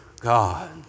God